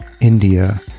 india